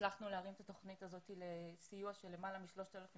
הצלחנו להרים את התכנית הזאת לסיוע של למעלה מ-3,500